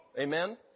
Amen